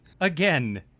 Again